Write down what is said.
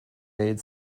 made